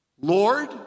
Lord